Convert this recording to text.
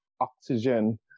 oxygen